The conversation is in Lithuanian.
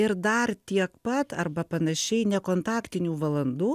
ir dar tiek pat arba panašiai nekontaktinių valandų